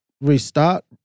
restart